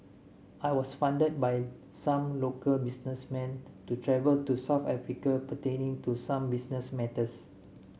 I was funded by some local businessmen to travel to South Africa pertaining to some business matters